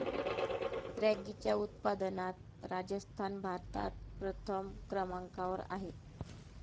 रॅगीच्या उत्पादनात राजस्थान भारतात प्रथम क्रमांकावर आहे